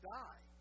die